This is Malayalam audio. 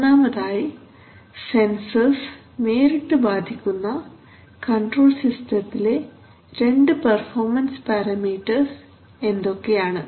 മൂന്നാമതായി സെൻസർസ് നേരിട്ട് ബാധിക്കുന്ന കൺട്രോൾ സിസ്റ്റത്തിലെ 2 പെർഫോമൻസ് പാരമീറ്റർസ് എന്തൊക്കെയാണ്